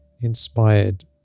inspired